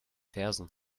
fersen